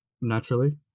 naturally